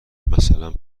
مثلا